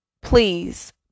please